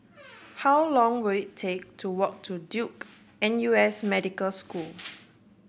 how long will it take to walk to Duke N U S Medical School